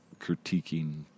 critiquing